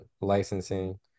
licensing